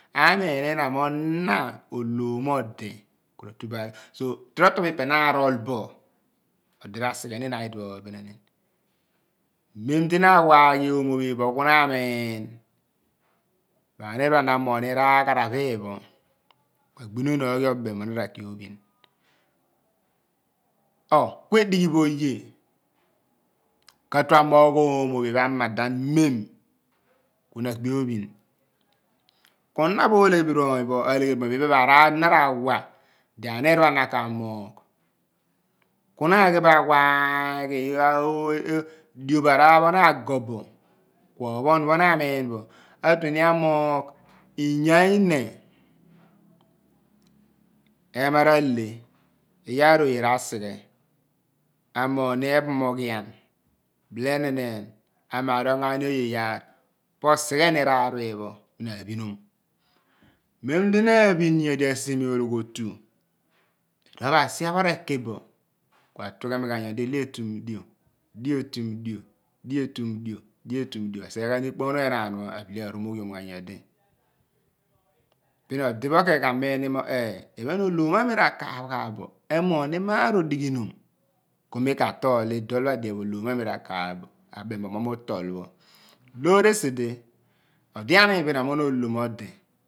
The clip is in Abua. Amiin ina mo na olomodi ku ra tughen so toro torobo ipe na arol bo odi ra sighe ni ina iduo pho bi ni nin mem di na awaghi omo iphen pho ku na amin ma aniir pho ana amoghni raghara pho iphen pho ku agbinun oghi obem mo na ra ki orh kue dighi pho oye ka tue amogh oomophe pho amadan mem ku na agbi ophin ku na pho olephriy oony pho alegheri pho mo iphen pho araar di na ra wa di aniir pha na ka mogh ku na aghi bo awaghi dioph araar pho na g agohboh kuo phon pho na amiin bo atue ni amogh inya ine ema rate iyaar oye ra sighe amogh ephomoghian bileneneen amari oghona ni oye yaar po si gheni raar pho iphen pho bo aphiinum mem di na aphin yodi asiemi ologhiotu iduo pho asia pho retu bo atughemi ghan yodi dio etum dio dio etum dio dio etum dio asighe ghan ikponu enaan pho abile aromoghiom ghan yodi bin odi kheen ke miin mo eeh. iphen olomo ami rakaagh gha bo emoghni maar odighi dum ku mi ka toli dol pho ade adien pho olomo ami rakaagh bo abem bo mo mi utol pho loor esi di odi amiin bi ina mo na olomodi